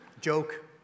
Joke